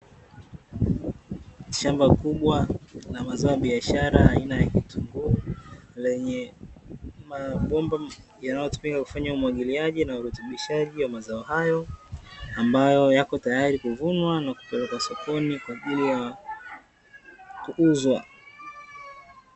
Shamba kubwa na mazao ya biashara aina kitunguu, lenye mabomba yanayotumika kufanya umwagiliaji na urutubishaji wa mazao hayo, ambayo yapo tayari kuvunwa na kupelekwa sokoni kwa ajili ya kuuzwa.